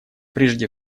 прежде